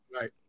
Right